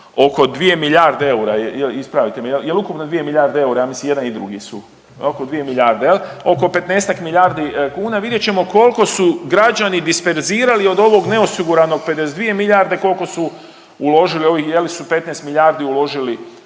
oko 2 milijarde eura jel, ispravite me, jel, jel ukupno 2 milijarde eura, ja mislim i jedan i drugi su oko 2 milijarde jel, oko 15-tak milijardi kuna, vidjet ćemo kolko su građani disperzirali od ovog neosiguranog 52 milijarde, kolko su uložili u ovih, je li su 15 milijardi uložili